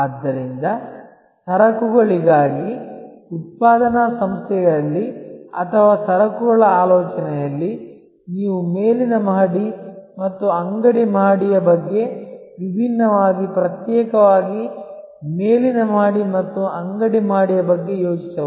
ಆದ್ದರಿಂದ ಸರಕುಗಳಿಗಾಗಿ ಉತ್ಪಾದನಾ ಸಂಸ್ಥೆಯಲ್ಲಿ ಅಥವಾ ಸರಕುಗಳ ಆಲೋಚನೆಯಲ್ಲಿ ನೀವು ಮೇಲಿನ ಮಹಡಿ ಮತ್ತು ಅಂಗಡಿ ಮಹಡಿಯ ಬಗ್ಗೆ ವಿಭಿನ್ನವಾಗಿ ಪ್ರತ್ಯೇಕವಾಗಿ ಮೇಲಿನ ಮಹಡಿ ಮತ್ತು ಅಂಗಡಿ ಮಹಡಿಯ ಬಗ್ಗೆ ಯೋಚಿಸಬಹುದು